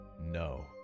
No